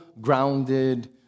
grounded